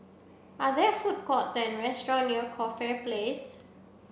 are there food courts and restaurants near Coffee Place